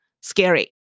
scary